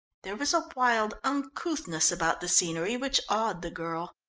there was a wild uncouthness about the scenery which awed the girl.